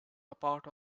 apart